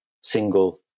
single